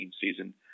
season